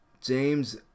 James